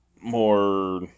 more